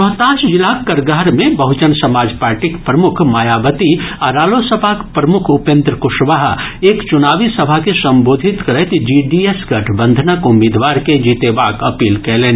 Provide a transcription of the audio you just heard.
रोहतास जिलाक करगहर मे बहुजन समाज पार्टीक प्रमुख मायावती आ रालोसपाक प्रमुख उपेन्द्र कुशवाहा एक चुनावी सभा के संबोधित करैत जीडीएस गठबंधनक उम्मीदवार के जीतेबाक अपील कयलनि